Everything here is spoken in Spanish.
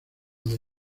del